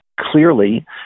Clearly